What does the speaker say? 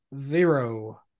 zero